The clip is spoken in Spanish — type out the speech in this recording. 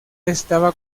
estaba